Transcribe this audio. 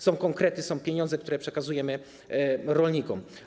Są tylko konkrety, są pieniądze, które przekazujemy rolnikom.